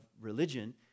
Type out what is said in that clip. religion